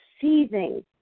seething